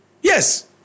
Yes